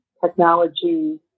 technology